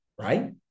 right